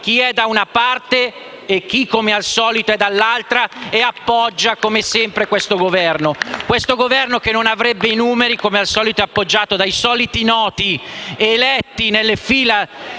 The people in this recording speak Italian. chi è da una parte e chi, come al solito, è dall'altra e appoggia come sempre questo Governo; un Governo che non avrebbe i numeri, ma che, come al solito, è appoggiato dai soliti noti eletti nelle fila